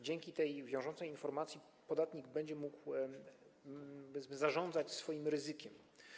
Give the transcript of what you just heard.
Dzięki tej wiążącej informacji podatnik będzie mógł zarządzać swoim ryzykiem.